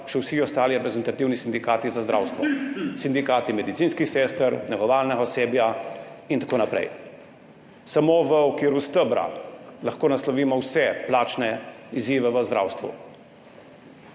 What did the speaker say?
še vsi ostali reprezentativni sindikati za zdravstvo, sindikati medicinskih sester, negovalnega osebja in tako naprej. Samo v okviru stebra lahko naslovimo vse plačne izzive v zdravstvu.